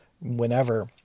whenever